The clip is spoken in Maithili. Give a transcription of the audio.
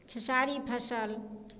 खेसारी फसल